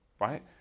right